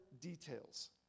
details